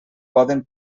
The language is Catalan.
poden